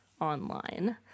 online